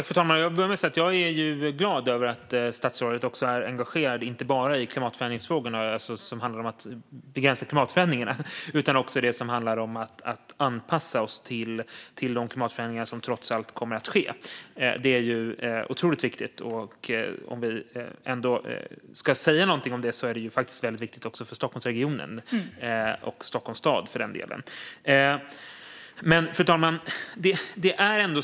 Fru talman! Jag vill börja med att säga att jag är glad över att statsrådet inte bara är engagerad i att begränsa klimatförändringarna utan också i det som handlar om att anpassa oss till de klimatförändringar som trots allt kommer att ske. Det är faktiskt otroligt viktigt också för Stockholmsregionen och Stockholms stad för den delen. Fru talman!